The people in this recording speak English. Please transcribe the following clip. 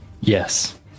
Yes